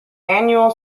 annual